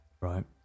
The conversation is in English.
Right